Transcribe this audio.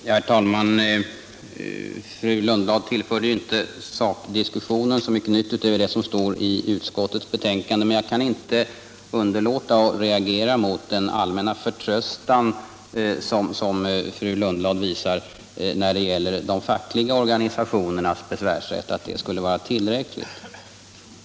Herr talman! Fru Lundblad tillförde ju inte sakdiskussionen särskilt mycket nytt utöver vad som står i utskottsbetänkandet, men jag kan ändå inte underlåta att reagera mot den allmänna förtröstan som hon visar när det gäller de fackliga organisationernas besvärsrätt och hennes tro att det skulle vara tillräckligt med denna besvärsrätt.